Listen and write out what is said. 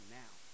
now